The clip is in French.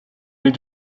les